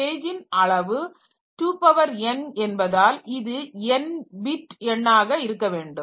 பேஜின் அளவு 2 power n என்பதால் இது n பிட் எண்ணாக இருக்கவேண்டும்